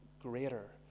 greater